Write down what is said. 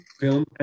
film